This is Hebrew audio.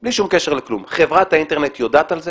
בלי שום קשר לכלום, חברת האינטרנט יודעת על זה?